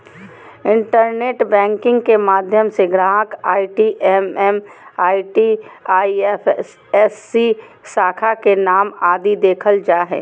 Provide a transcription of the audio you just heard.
internet banking के माध्यम से ग्राहक आई.डी एम.एम.आई.डी, आई.एफ.एस.सी, शाखा के नाम आदि देखल जा हय